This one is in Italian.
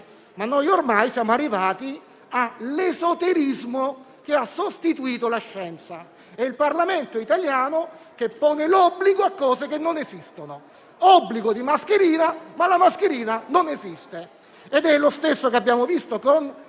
Ma noi ormai siamo arrivati all'esoterismo, che ha sostituito la scienza. Il Parlamento italiano pone un obbligo a cose che non esistono: obbligo di mascherina, ma la mascherina non esiste. È lo stesso che abbiamo visto con